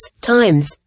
times